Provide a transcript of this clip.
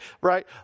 right